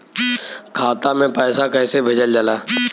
खाता में पैसा कैसे भेजल जाला?